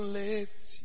lift